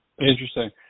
Interesting